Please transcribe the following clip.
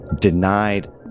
denied